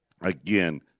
again